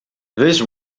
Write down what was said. this